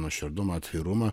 nuoširdumą atvirumą